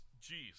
Jesus